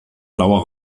blauer